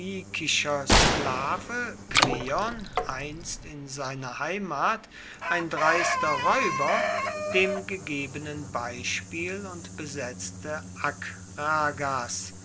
sklave kleon einst in seiner heimat ein dreister räuber dem gegebenen beispiel und besetzte akragas